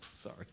Sorry